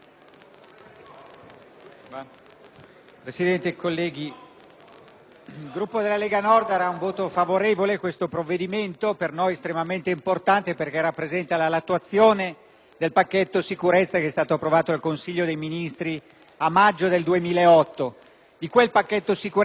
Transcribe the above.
Presidente, colleghi, il Gruppo della Lega Nord voterà a favore di questo provvedimento, per noi estremamente importante, perché rappresenta l'attuazione del pacchetto sicurezza approvato dal Consiglio dei ministri a maggio 2008. Di quel pacchetto sicurezza ormai sono in vigore tutti i